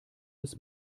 bis